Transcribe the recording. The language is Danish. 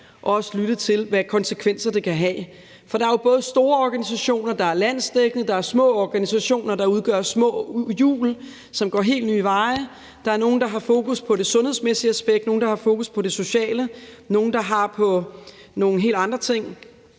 om, også lytte til, hvilke konsekvenser det kan have. For der er jo både store organisationer, der er landsdækkende, og der er små organisationer, der udgør små hjul, og som går helt nye veje; der er nogle, der har fokus på det sundhedsmæssige aspekt, nogle, der har fokus på det sociale, og nogle, der har fokus på nogle helt andre ting.